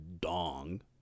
dong